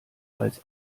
als